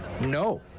No